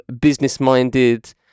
business-minded